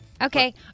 Okay